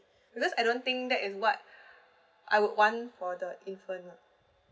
because I don't think that is what I would want for the infant lah